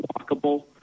walkable